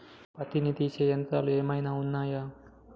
పత్తిని తీసే యంత్రాలు ఏమైనా ఉన్నయా?